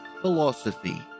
Philosophy